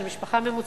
של משפחה ממוצעת,